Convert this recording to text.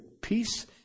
peace